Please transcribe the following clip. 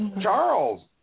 Charles